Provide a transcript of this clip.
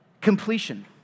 Completion